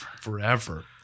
forever